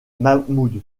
mahmoud